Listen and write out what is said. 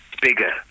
bigger